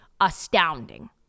astounding